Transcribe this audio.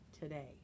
today